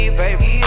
baby